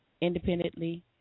independently